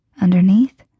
underneath